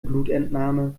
blutentnahme